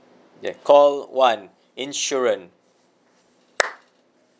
yeah call one insurance